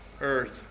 Earth